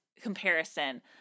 comparison